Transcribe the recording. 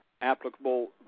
applicable